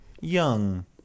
Young